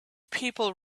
people